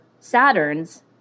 Saturns